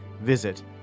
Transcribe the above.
Visit